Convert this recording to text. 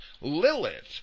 Lilith